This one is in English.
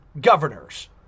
governors